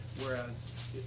whereas